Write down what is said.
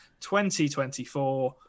2024